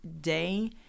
day